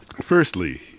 Firstly